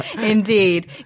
Indeed